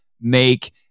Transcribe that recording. make